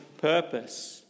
purpose